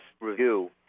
review